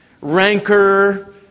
rancor